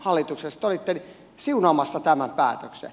te olitte siunaamassa tämän päätöksen